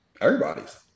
Everybody's